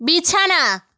বিছানা